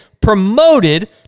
promoted